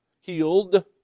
healed